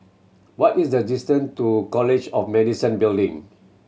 what is the distan to College of Medicine Building